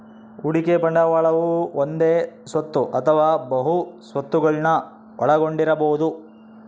ಹೂಡಿಕೆ ಬಂಡವಾಳವು ಒಂದೇ ಸ್ವತ್ತು ಅಥವಾ ಬಹು ಸ್ವತ್ತುಗುಳ್ನ ಒಳಗೊಂಡಿರಬೊದು